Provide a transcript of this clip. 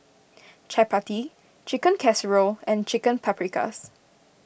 Chapati Chicken Casserole and Chicken Paprikas